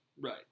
Right